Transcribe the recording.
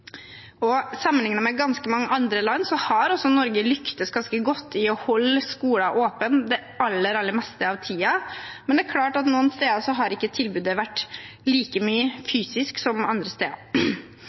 med ganske mange andre land har Norge også lyktes ganske godt i å holde skoler åpne det aller, aller meste av tiden, men det er klart at tilbudet noen steder ikke har vært like mye